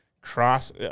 cross